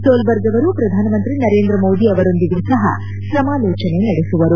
Solberg ಅವರು ಪ್ರಧಾನಮಂತ್ರಿ ನರೇಂದ್ರ ಮೋದಿ ಅವರೊಂದಿಗೂ ಸಹ ಸಮಾಲೋಚನೆ ನಡೆಸುವರು